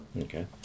okay